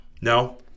No